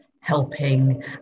helping